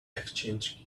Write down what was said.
exchange